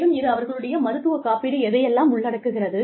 மேலும் இது அவர்களுடைய மருத்துவ காப்பீடு எதையெல்லாம் உள்ளடக்குகிறது